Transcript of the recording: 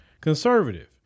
conservative